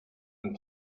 and